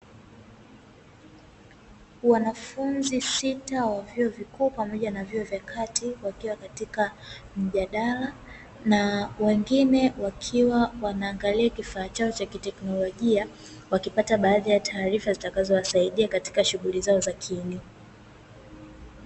Wanafunzi sita wa vyuo vikuu pamoja na vyuo vya kati, wakiwa katika mjadala, na wengine wakiwa wanaangalia kifaa chao cha kiteknolojia, wakipata baadhi ya taarifa zitakazowasidia katika shughuli zao za kielimu.